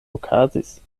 okazis